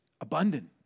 abundant